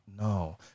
no